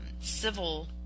civil